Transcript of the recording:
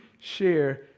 share